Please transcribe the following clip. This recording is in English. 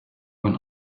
when